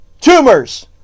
tumors